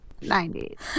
90s